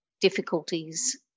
difficulties